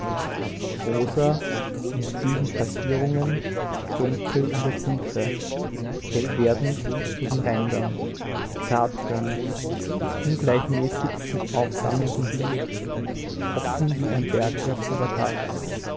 rosa in vielen schattierungen dunkel in der tiefe hellwerdend zu den rändern zartkörnig mit ungleichmäßig sich aufsammelndem blut offen wie ein bergwerk